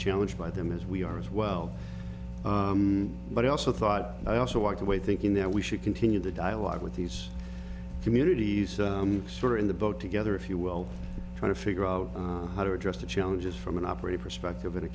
challenged by them as we are as well but i also thought i also walk away thinking that we should continue the dialogue with these communities in the boat together if you will trying to figure out how to address the challenges from an operator perspective in a